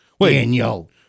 Daniel